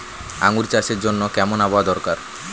আঙ্গুর চাষের জন্য কেমন আবহাওয়া দরকার?